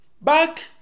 Back